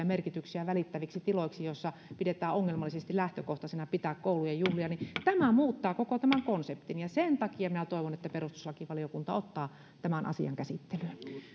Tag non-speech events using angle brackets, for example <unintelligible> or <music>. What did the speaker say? <unintelligible> merkityksiä välittäviksi tiloiksi joissa pidetään ongelmallisena lähtökohtaisesti pitää koulujen juhlia niin tämä muuttaa koko tämän konseptin sen takia minä toivon että perustuslakivaliokunta ottaa tämän asian käsittelyyn